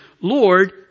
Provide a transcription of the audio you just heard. Lord